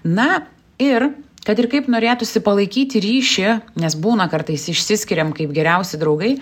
na ir kad ir kaip norėtųsi palaikyti ryšį nes būna kartais išsiskiriam kaip geriausi draugai